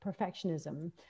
perfectionism